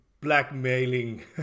blackmailing